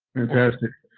fantastic.